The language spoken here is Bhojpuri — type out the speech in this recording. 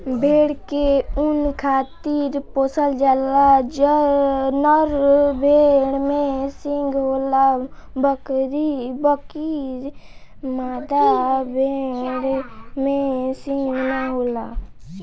भेड़ के ऊँन खातिर पोसल जाला, नर भेड़ में सींग होला बकीर मादा भेड़ में सींग ना होला